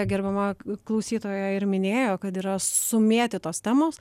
gerbiama klausytoja ir minėjo kad yra sumėtytos temos